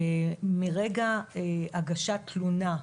מרגע הגשת תלונה,